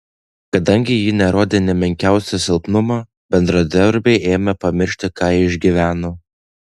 kadangi ji nerodė nė menkiausio silpnumo bendradarbiai ėmė pamiršti ką ji išgyveno